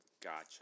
Gotcha